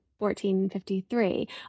1453